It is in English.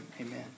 Amen